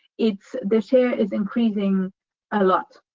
it's the share is increasing a lot.